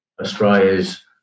Australia's